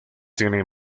tiene